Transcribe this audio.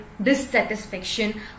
dissatisfaction